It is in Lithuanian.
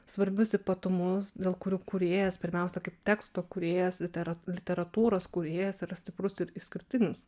svarbius ypatumus dėl kurių kūrėjas pirmiausia kaip teksto kūrėjas literat literatūros kūrėjas yra stiprus ir išskirtinis